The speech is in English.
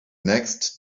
next